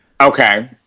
okay